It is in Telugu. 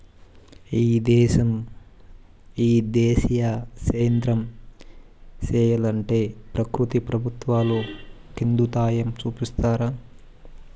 ఈ దేశీయ సేద్యం సెయ్యలంటే ప్రకృతి ప్రభుత్వాలు కెండుదయచూపాల